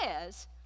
says